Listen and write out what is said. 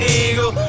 eagle